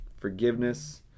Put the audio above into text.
forgiveness